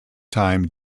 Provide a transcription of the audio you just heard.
time